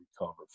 recover